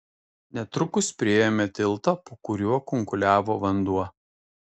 netrukus priėjome tiltą po kuriuo kunkuliavo vanduo